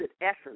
essence